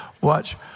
Watch